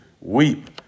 Weep